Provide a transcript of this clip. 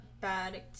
bad